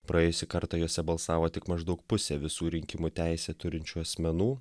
praėjusį kartą juose balsavo tik maždaug pusė visų rinkimų teisę turinčių asmenų